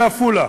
בעפולה,